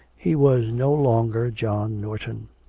he was no longer john norton.